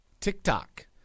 TikTok